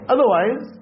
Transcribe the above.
Otherwise